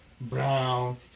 brown